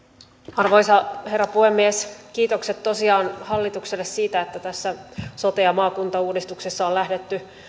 arvoisa herra puhemies kiitokset tosiaan hallitukselle siitä että tässä sote ja maakuntauudistuksessa on lähdetty